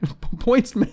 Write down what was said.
points